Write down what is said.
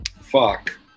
Fuck